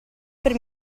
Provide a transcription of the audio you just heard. per